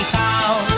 town